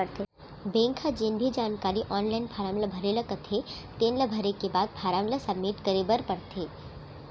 bank ह जेन भी जानकारी आनलाइन फारम ल भरे ल कथे तेन ल भरे के बाद फारम ल सबमिट करे बर परथे